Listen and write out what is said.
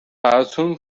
براتون